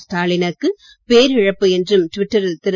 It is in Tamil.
ஸ்டாலினுக்கு பேரிழப்பு என்றும் டுவிட்டரில் திரு